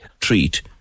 treat